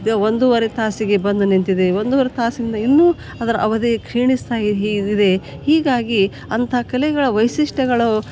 ಒಂದೂವರೆ ತಾಸಿಗೆ ಬಂದು ನಿಂತಿದೆ ಒಂದುವರೆ ತಾಸಿಂದ ಇನ್ನು ಅದ್ರ ಅವಧಿ ಕ್ಷಿಣಿಸ್ತಾ ಹಿರ್ರೆ ಹೀಗಾಗಿ ಅಂತ ಕಲೆಗಳ ವೈಶಿಷ್ಟಗಳು